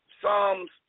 Psalms